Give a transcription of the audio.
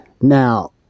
Now